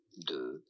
de